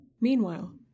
Meanwhile